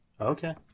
Okay